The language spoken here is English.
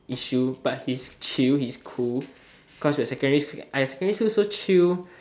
issue but he's chill he's cool cause you're secondary !aiya! secondary school so chill